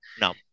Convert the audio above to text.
No